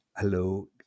hello